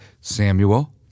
Samuel